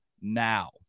now